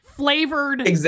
Flavored